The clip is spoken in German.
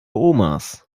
omas